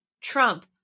Trump